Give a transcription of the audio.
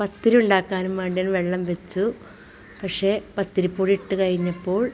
പത്തിരിയുണ്ടാക്കാൻ വേണ്ടി വെള്ളം വെച്ചു പക്ഷേ പത്തിരിപ്പൊടി ഇട്ട് കഴിഞ്ഞപ്പോൾ